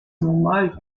normal